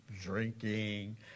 drinking